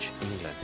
England